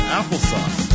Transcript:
applesauce